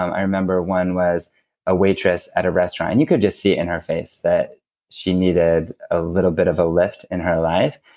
i remember one was a waitress at a restaurant, and you could just see it in her face that she needed a little bit of a lift in her life.